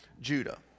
Judah